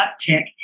uptick